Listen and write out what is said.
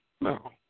No